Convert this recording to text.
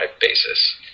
basis